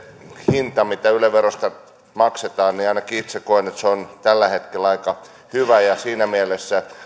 hinta mitä yle verosta maksetaan niin ainakin itse koen että se on tällä hetkellä aika hyvä ja siinä mielessä